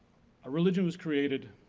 a religion was created,